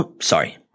Sorry